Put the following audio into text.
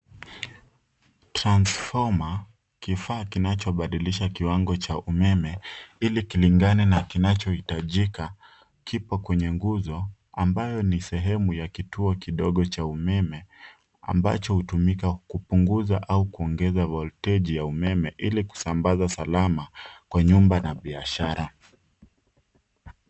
Transformer , kifaa kinachobadilisha kiwango cha umeme ili kilingane na kinachohitajika, kipo kwenye nguzo ambayo ni sehemu ya kituo kidogo cha umeme ambacho hutumika kupunguza au kuongeza voltage ya umeme ili kusambaza salama kwa nyumba na biashara.